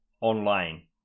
online